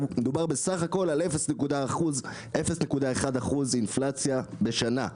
מדובר על 0.1% בסך הכול אינפלציה בשנה.